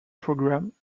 programme